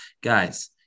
guys